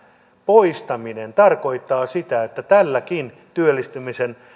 poistaminen tarkoittaa sitä että tämäkään työllistymisen